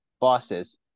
bosses